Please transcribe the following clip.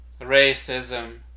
racism